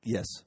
Yes